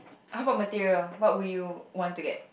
how about material what would you want to get